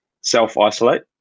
self-isolate